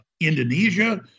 Indonesia